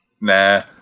Nah